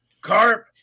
Carp